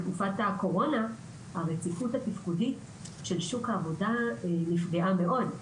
בתקופת הקורונה הרציפות התפקודית של שוק העבודה נפגעה מאוד,